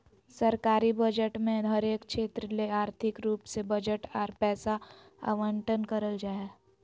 सरकारी बजट मे हरेक क्षेत्र ले आर्थिक रूप से बजट आर पैसा आवंटन करल जा हय